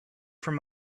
from